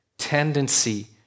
tendency